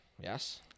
yes